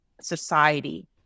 society